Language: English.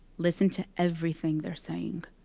listen to everything they're saying.